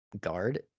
guard